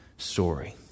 Story